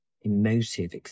emotive